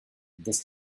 this